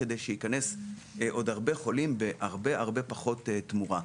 כדי שייכנסו עוד הרבה חולים בהרבה פחות תמורה.